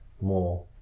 more